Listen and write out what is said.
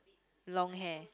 long hair